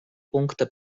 пункта